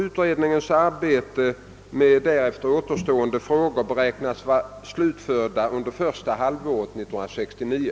Utredningens arbete med därefter återstående frågor beräknas bli avslutat under första halvåret 1969.